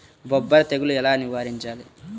బొబ్బర తెగులు ఎలా నివారించాలి?